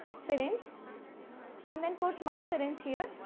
syringe and then, put my syringe here.